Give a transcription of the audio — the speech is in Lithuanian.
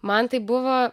man tai buvo